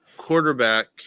Quarterback